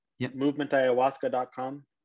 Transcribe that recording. movementayahuasca.com